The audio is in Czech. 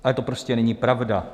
Ale to prostě není pravda.